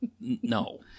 No